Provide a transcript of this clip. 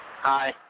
Hi